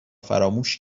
فراموش